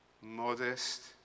modest